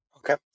Okay